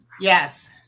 Yes